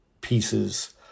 pieces